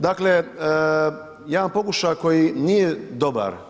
Dakle, jedan pokušaj koji nije dobar.